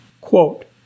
quote